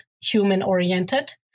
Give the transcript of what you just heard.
human-oriented